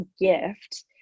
gift